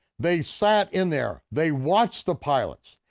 they sat in there, they watched the pilots,